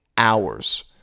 hours